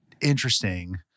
interesting